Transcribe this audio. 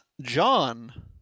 John